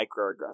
microaggressions